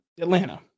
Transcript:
Atlanta